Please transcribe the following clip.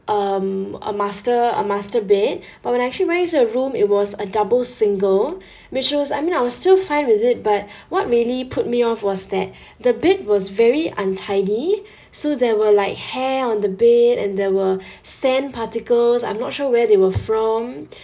um a master a master bed but when I actually went into the room it was a double single which was I mean I was still fine with it but what really put me off was that the bed was very untidy so there were like hair on the bed and there were sand particles I'm not sure where they were from